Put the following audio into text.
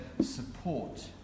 support